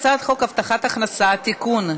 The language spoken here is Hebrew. הבטחת הכנסה (תיקון,